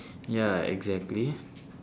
ya exactly